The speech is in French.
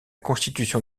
constitution